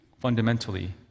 fundamentally